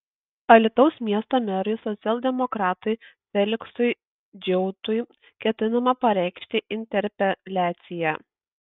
alytaus miesto merui socialdemokratui feliksui džiautui ketinama pareikšti interpeliaciją